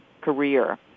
career